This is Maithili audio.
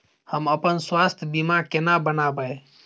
हम अपन स्वास्थ बीमा केना बनाबै?